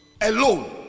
Alone